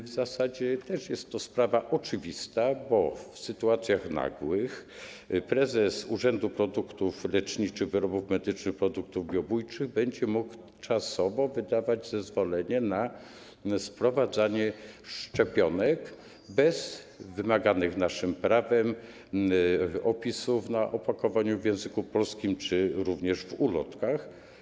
W zasadzie jest to sprawa oczywista, bo w sytuacjach nagłych prezes Urzędu Rejestracji Produktów Leczniczych, Wyrobów Medycznych i Produktów Biobójczych będzie mógł czasowo wydawać zezwolenie na sprowadzanie szczepionek bez wymaganych naszym prawem opisów na opakowaniu w języku polskim czy również w ulotkach.